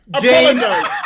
James